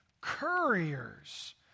couriers